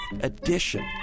edition